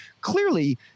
clearly